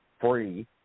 free